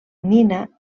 nina